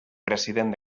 president